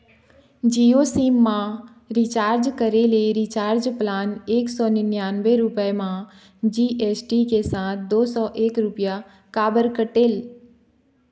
Jio SIM मा recharge करे ले रिचार्ज प्लान एक सौ निन्यानबे रुपए मा जी.एस.टी के साथ दो सौ एक रुपया काबर कटेल?